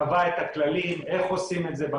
קבע את הכללים איך עושים את זה.